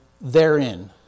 therein